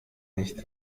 nicht